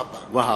והבה,